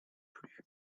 plus